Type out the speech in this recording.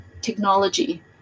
technology